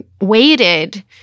waited